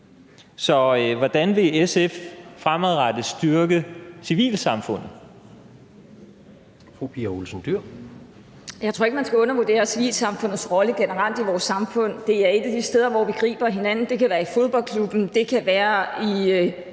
Dyhr. Kl. 14:45 Pia Olsen Dyhr (SF): Jeg tror ikke, man skal undervurdere civilsamfundets rolle generelt i vores samfund. Det er et af de steder, hvor vi griber hinanden; det kan være i fodboldklubben, det kan være i